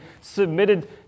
submitted